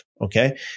okay